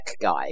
guy